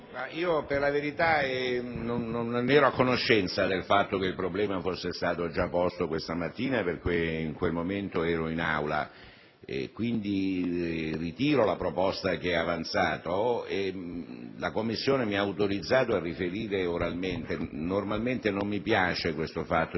Per la verità non ero a conoscenza del fatto che il problema fosse stato già posto questa mattina, perché in quel momento non ero in Aula, quindi ritiro la proposta avanzata. La Commissione mi ha autorizzato a riferire oralmente: normalmente non mi piace depositare il